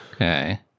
Okay